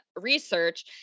research